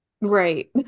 right